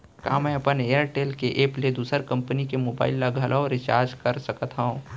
का मैं अपन एयरटेल के एप ले दूसर कंपनी के मोबाइल ला घलव रिचार्ज कर सकत हव?